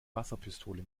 wasserpistole